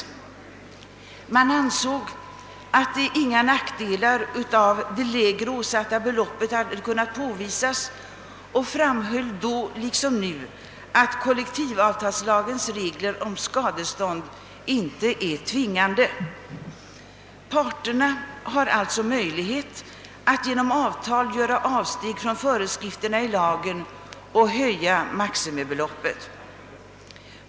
Utskottet ansåg då att inga nackdelar av det lägre åsatta beloppet kunnat påvisas och framhöll liksom nu, att kollektivavtalslagens regler om skadestånd inte är tvingande. Parterna har alltså möjlighet att genom avtal göra avsteg från föreskrifterna i lagen och höja maximibeloppet.